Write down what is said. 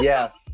Yes